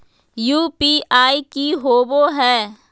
UPI की होबो है?